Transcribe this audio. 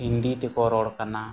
ᱦᱤᱱᱫᱤ ᱛᱮᱠᱚ ᱨᱚᱲ ᱠᱟᱱᱟ